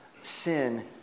sin